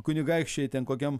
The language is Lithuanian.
kunigaikščiai ten kokiam